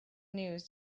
news